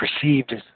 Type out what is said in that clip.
perceived